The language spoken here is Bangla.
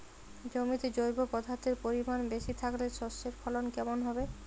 জমিতে জৈব পদার্থের পরিমাণ বেশি থাকলে শস্যর ফলন কেমন হবে?